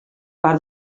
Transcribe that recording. part